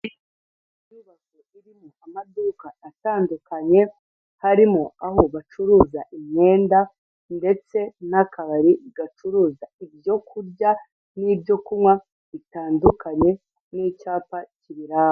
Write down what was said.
Inyubako iririmo amaduka atandukanye harimo aho bacuruza imyenda ndetse n'akabari gacuruza ibyoku kurya n'ibyokunywa bitandukanye n'icyapa ki'ibiranga.